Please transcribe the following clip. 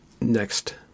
next